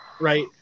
right